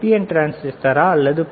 என் டிரான்சிஸ்டரா அல்லது பி